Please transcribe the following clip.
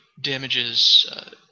damages